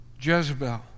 Jezebel